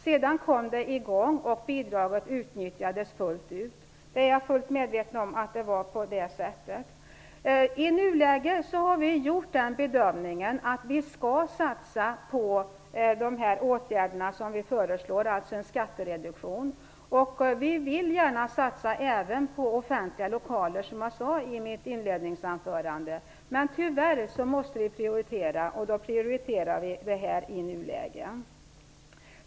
Sedan kom det i gång och bidraget utnyttjades fullt ut. Jag är fullt medveten om att det var på det sättet. I nuläget har vi gjort den bedömningen att vi skall satsa på de åtgärder som vi föreslår, dvs. en skattereduktion. Vi vill gärna satsa även på offentliga lokaler, som jag sade i mitt inledningsanförande, men tyvärr måste vi prioritera. Då prioriterar vi detta i nuläget.